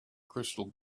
crystal